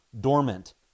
dormant